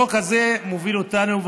החוק הזה מוביל אותנו.